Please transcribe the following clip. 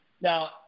now